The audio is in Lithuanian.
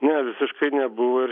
ne visiškai nebuvo ir